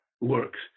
works